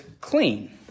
clean